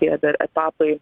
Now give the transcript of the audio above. tie dar etapai